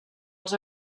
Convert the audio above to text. els